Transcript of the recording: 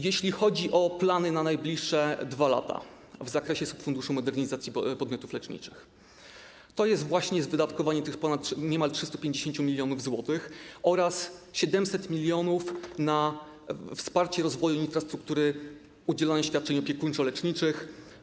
Jeśli chodzi o plany na najbliższe 2 lata w zakresie subfunduszu modernizacji podmiotów leczniczych, to jest to właśnie wydatkowanie tych niemal 350 mln zł oraz 700 mln na wsparcie rozwoju infrastruktury udzielania świadczeń opiekuńczo-leczniczych.